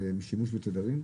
זה שימוש בתדרים?